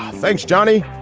thanks, johnny.